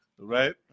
right